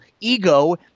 ego